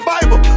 Bible